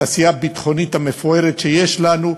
התעשייה הביטחונית המפוארת שיש לנו.